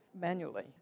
manually